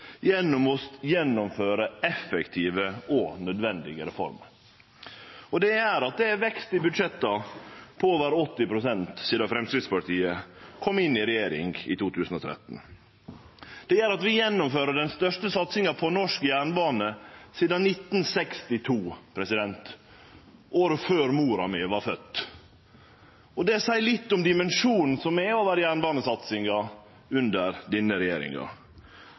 gjennom å gjennomføre effektive og nødvendige reformer. Det gjer at det er ein vekst i budsjetta på over 80 pst. sidan Framstegspartiet kom inn i regjering i 2013. Det gjer at vi gjennomfører den største satsinga på norsk jernbane sidan 1962, året før mor mi vart fødd. Det seier litt om dimensjonen som er over jernbanesatsinga under denne regjeringa.